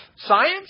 Science